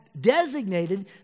designated